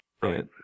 right